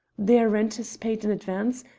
their rent is paid in advance,